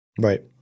right